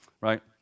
Right